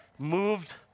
Moved